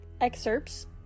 excerpts